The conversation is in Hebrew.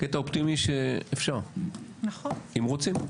הקטע האופטימי הוא שאפשר, אם רוצים.